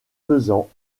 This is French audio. faisant